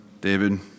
David